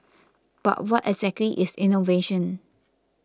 but what exactly is innovation